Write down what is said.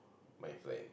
my friend